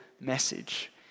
message